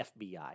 FBI